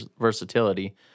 versatility